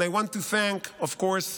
I want to thank, of course,